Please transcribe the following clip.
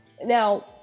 Now